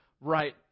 right